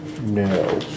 No